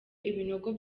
ibinogo